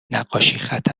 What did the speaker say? نقاشیخط